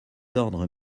ordres